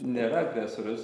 nėra agresorius